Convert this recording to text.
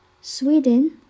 Sweden